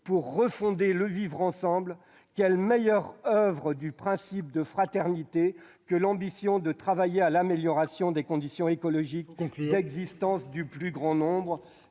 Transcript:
pour rebâtir le vivre-ensemble. Quelle meilleure mise en oeuvre du principe de fraternité que l'ambition de travailler à l'amélioration des conditions écologiques d'existence du plus grand nombre ?